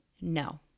no